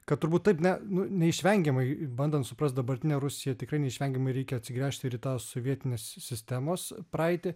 kad turbūt taip ne nu neišvengiamai bandant suprast dabartinę rusiją tikrai neišvengiamai reikia atsigręžti ir į tą sovietinės sistemos praeitį